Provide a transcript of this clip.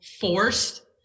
forced